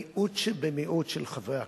במיעוט שבמיעוט של חברי הכנסת,